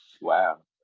Wow